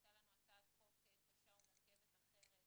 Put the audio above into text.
הייתה לנו הצעת חוק קשה ומורכבת אחרת,